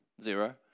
zero